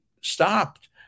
stopped